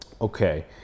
okay